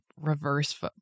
reverse